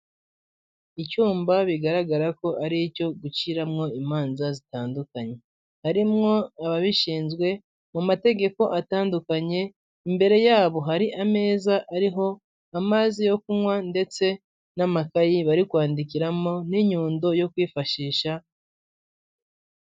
Icyumba bigaragara ko ari icyo guciramo imanza zitandukanye, harimo ababishinzwe mu mategeko atandukanye, imbere yabo hari ameza ariho amazi yo kunywa ndetse n'amakayi bari kwandikiramo n'inyundo yo kwifashisha.